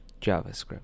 JavaScript